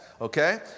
Okay